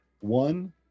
one